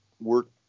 work